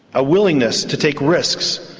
a willingness to take risks,